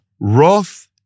Wrath